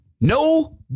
no